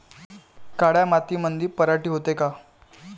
काळ्या मातीमंदी पराटी होते का?